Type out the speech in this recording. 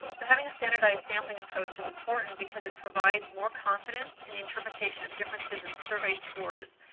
so, having a standardized sampling approach is important, because it provides more confidence in the interpretation of differences in survey scores.